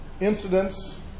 incidents